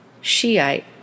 Shiite